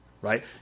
right